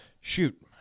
shoot